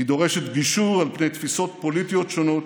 היא דורשת גישור על פני תפיסות פוליטיות שונות,